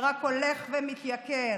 שרק הולך ומתייקר.